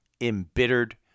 embittered